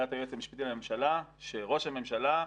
- עמדת היועץ המשפטי לממשלה שראש הממשלה,